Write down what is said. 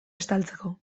estaltzeko